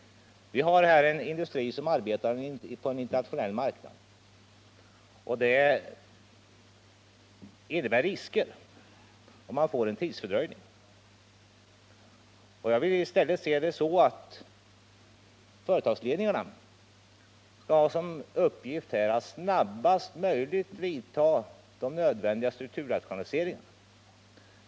Vi har här en industri som arbetar på en internationell marknad. Det innebär risker, om man får en tidsfördröjning. Jag vill i stället se det så att företagsledningarna skall ha till uppgift att så snabbt som möjligt genomföra de nödvändiga strukturrationaliseringarna.